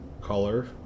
color